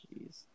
Jeez